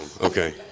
Okay